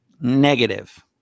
Negative